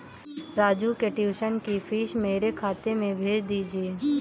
राजू के ट्यूशन की फीस मेरे खाते में भेज दीजिए